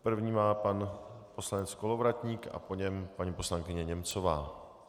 První má pan poslanec Kolovratník a po něm paní poslankyně Němcová.